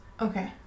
Okay